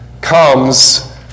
comes